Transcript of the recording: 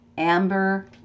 Amber